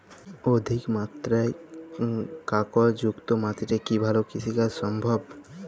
অধিকমাত্রায় কাঁকরযুক্ত মাটিতে কি ভালো কৃষিকাজ সম্ভব?